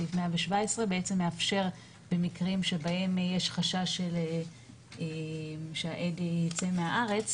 סעיף 117 בעצם מאפשר במקרים שבהם יש חשש שהעד ייצא מהארץ,